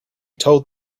told